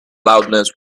loudness